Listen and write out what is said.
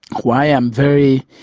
why i am very.